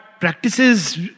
practices